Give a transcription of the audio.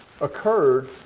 occurred